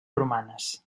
romanes